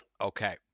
Okay